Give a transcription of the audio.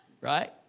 right